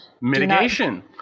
mitigation